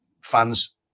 fans